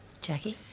Jackie